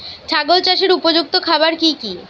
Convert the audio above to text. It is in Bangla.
ছাগল চাষের উপযুক্ত খাবার কি কি?